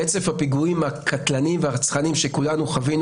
רצף הפיגועים הקטלני והרצחני שכולנו חווינו